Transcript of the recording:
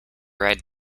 ride